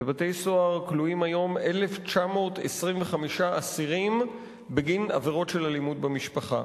בבתי-סוהר כלואים היום 1,925 אסירים בגין עבירות של אלימות במשפחה.